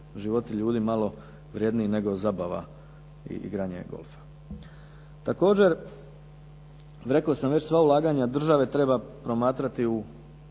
životi ljudi malo vrjedniji nego zabava i igranje golfa. Također, rekao sam već, sva ulaganja države treba promatrati u